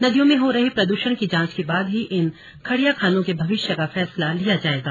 नदियों में हो रहे प्रदूषण की जांच के बाद ही इन खड़िया खानों के भविष्य का फैसला लिया जाएगा